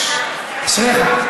אשריך.